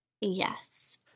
Yes